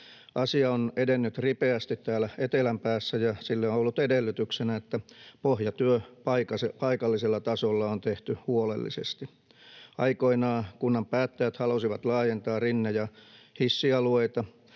Asia on edennyt ripeästi täällä etelän päässä, ja sille on ollut edellytyksenä, että pohjatyö paikallisella tasolla on tehty huolellisesti. Aikoinaan kunnan päättäjät halusivat laajentaa rinne‑ ja hissialueita,